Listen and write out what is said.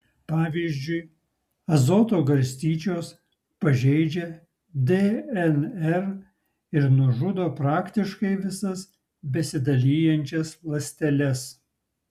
pavyzdžiui azoto garstyčios pažeidžia dnr ir nužudo praktiškai visas besidalijančias ląsteles